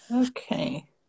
Okay